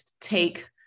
take